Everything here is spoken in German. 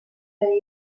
der